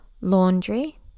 laundry